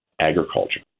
agriculture